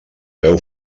veu